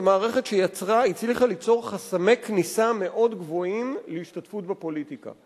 במערכת שהצליחה ליצור חסמי כניסה מאוד גבוהים להשתתפות בפוליטיקה.